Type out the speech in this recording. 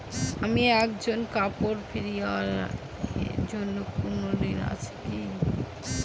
আমি একজন কাপড় ফেরীওয়ালা এর জন্য কোনো ঋণ আছে?